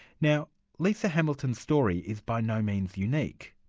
now lisa hamilton's story is by no means unique.